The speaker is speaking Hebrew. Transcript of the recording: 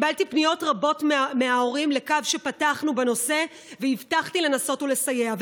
קיבלתי פניות רבות מההורים לקו שפתחנו בנושא והבטחתי לנסות לסייע.